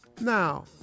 Now